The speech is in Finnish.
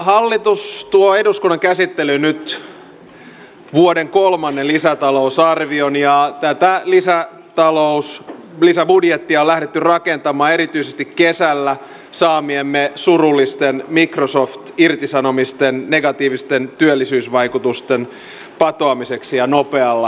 hallitus tuo eduskunnan käsittelyyn nyt vuoden kolmannen lisätalousarvion ja tätä lisäbudjettia on lähdetty rakentamaan erityisesti kesällä saamiemme surullisten microsoft irtisanomisten negatiivisten työllisyysvaikutusten patoamiseksi ja nopealla aikavälillä